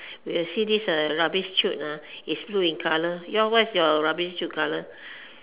you will see this uh rubbish chute ah is blue in colour your what is your rubbish chute colour